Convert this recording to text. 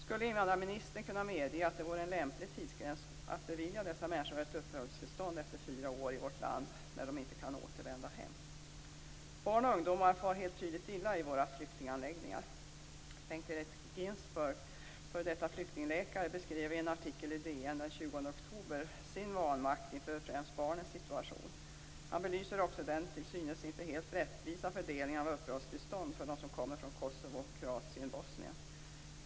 Skulle invandrarministern kunna medge att det vore en lämplig tidsgräns om man beviljade dessa människor uppehållstillstånd efter fyra år i vårt land när de inte kan återvända hem? Barn och ungdomar far helt tydligt illa i våra flyktinganläggningar. Bengt Erik Ginsburg, f.d. flyktingläkare, beskrev i en artikel i DN den 20 oktober sin vanmakt inför främst barnens situation. Han belyste också den till synes inte helt rättvisa fördelningen av uppehållstillstånd för dem som kommer från Kosovo, Kroatien och Bosnien.